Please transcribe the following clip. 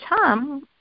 Tom